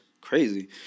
crazy